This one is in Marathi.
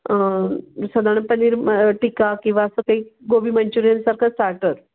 साधारण पनीर म टिका किंवा असं ते कोबी मंचुरियनसारखं स्टार्टर